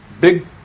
big